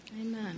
Amen